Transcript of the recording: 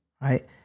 right